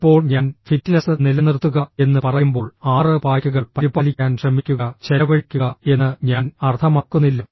ഇപ്പോൾ ഞാൻ ഫിറ്റ്നസ് നിലനിർത്തുക എന്ന് പറയുമ്പോൾ ആറ് പായ്ക്കുകൾ പരിപാലിക്കാൻ ശ്രമിക്കുക ചെലവഴിക്കുക എന്ന് ഞാൻ അർത്ഥമാക്കുന്നില്ല